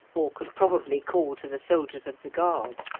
or could probably call to the soldiers of the guard.